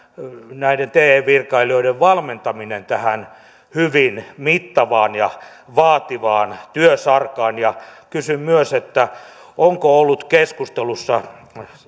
näiden te virkailijoiden valmentaminen tähän hyvin mittavaan ja vaativaan työsarkaan ja kysyn myös onko ollut keskustelussa